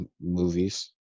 movies